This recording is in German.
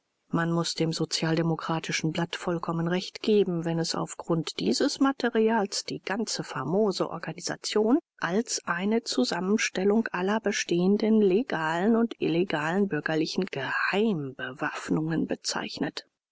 man muß dem sozialdemokratischen blatt vollkommen recht geben wenn es auf grund dieses materials die ganze famose organisation als eine zusammenstellung aller bestehenden legalen und illegalen bürgerlichen geheimbewaffnungen bezeichnet